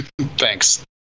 Thanks